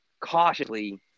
cautiously